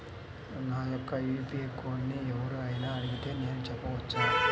నా యొక్క యూ.పీ.ఐ కోడ్ని ఎవరు అయినా అడిగితే నేను చెప్పవచ్చా?